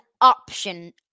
option